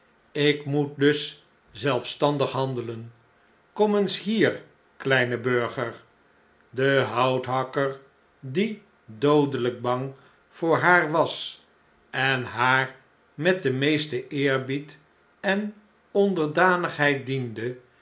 ik moet dus zelfstandig handelen kom eens hier kleine burger de houthakker die doodeljjk bang voor haar was en haar met den meesten eerbied en onderdanigheid diende